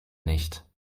nicht